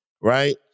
right